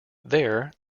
there